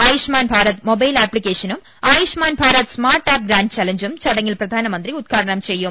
Ayushman Bharat mobile ആപ്തിക്കേ ഷനും Ayushman Bharat smart app grant ചലഞ്ചും ചടങ്ങിൽ പ്രധാനമന്ത്രി ഉദ്ഘാടനം ചെയ്യും